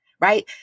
right